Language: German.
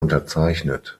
unterzeichnet